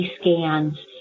scans